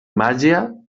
màgia